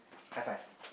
hi five